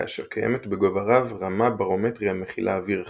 כאשר קיימת בגובה רב רמה ברומטרית המכילה אוויר חם,